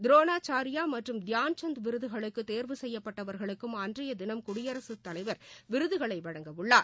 துரோனாச்சியா மற்றும் தியான்சந்த் விருதுகளுக்கும் தேர்வு செய்யப்படடவர்களுக்கும் அன்றைய தினம் குயடிரசுத் தலைவர் விருதுகளை வழங்கவுள்ளார்